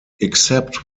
except